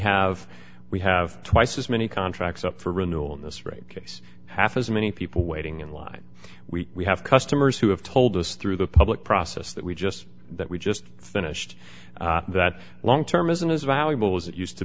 have we have twice as many contracts up for renewal in this rape case half as many people waiting in line we have customers who have told us through the public process that we just that we just finished that long term isn't as valuable as it used to